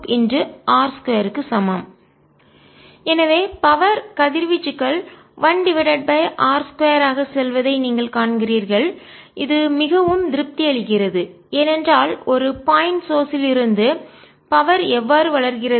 Etqa sin θ420c2r BtEtcqa sin θ420c3r S0E2c10EBq2a21620c3sin2r2 எனவே power சக்தி கதிர்வீச்சுகள் 1 டிவைடட் பை r2 ஆக செல்வதை நீங்கள் காண்கிறீர்கள் இது மிகவும் திருப்தி அளிக்கிறது ஏனென்றால் ஒரு பாயிண்ட் சோர்ஸ் லிருந்து புள்ளி மூலத்திலிருந்துபவர் சக்தி எவ்வாறு வளர்கிறது